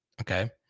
okay